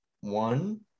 one